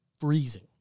freezing